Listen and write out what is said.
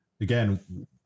again